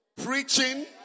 preaching